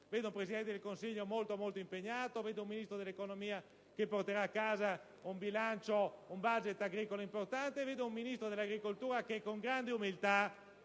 bensì un Presidente del Consiglio molto impegnato, un Ministro dell'economia che porterà a casa un *budget* agricolo importante, un Ministro dell'agricoltura che con grande umiltà,